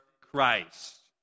Christ